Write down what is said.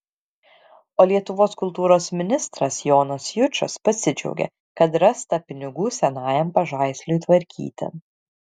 o lietuvos kultūros ministras jonas jučas pasidžiaugė kad rasta pinigų senajam pažaisliui tvarkyti